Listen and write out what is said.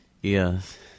yes